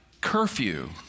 curfew